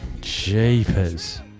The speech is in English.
Jeepers